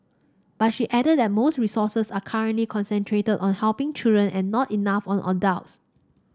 but she added that most resources are currently concentrated on helping children and not enough on adults